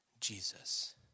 Jesus